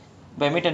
orh